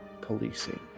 policing